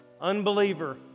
Unbeliever